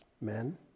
men